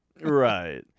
right